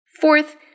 Fourth